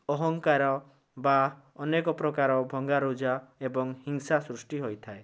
ଅହଂକାର ବା ଅନେକ ପ୍ରକାର ଭଙ୍ଗାରୁଜା ଏବଂ ହିଂସା ସୃଷ୍ଟି ହୋଇଥାଏ